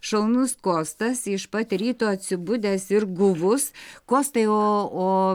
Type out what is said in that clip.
šaunus kostas iš pat ryto atsibudęs ir guvus kostai o o